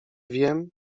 wiem